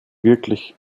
wirklich